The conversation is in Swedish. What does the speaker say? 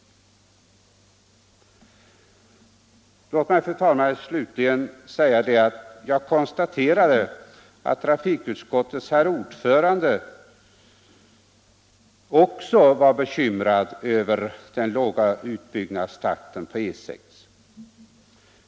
Låt mig, fru talman, slutligen konstatera att trafikutskottets herr ordförande också var bekymrad över den låga utbyggnadstakten på E 6.